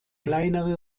kleinere